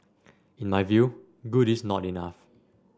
in my view good is not enough